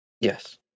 Yes